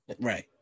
right